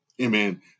amen